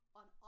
on